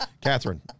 Catherine